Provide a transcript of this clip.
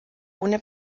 ohne